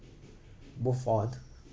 move on